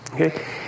okay